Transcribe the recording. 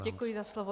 Děkuji za slovo.